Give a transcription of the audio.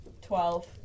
Twelve